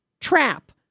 trap